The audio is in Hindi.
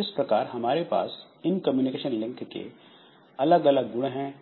इस प्रकार हमारे पास इन कम्युनिकेशन लिंक के अलग अलग गुण हैं